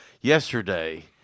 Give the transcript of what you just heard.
yesterday